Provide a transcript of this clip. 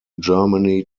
germany